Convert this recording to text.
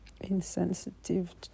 insensitive